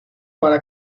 para